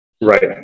Right